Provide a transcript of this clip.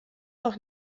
doch